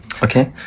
okay